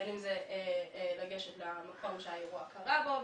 בין אם זה לגשת למקום שהאירוע קרה בו,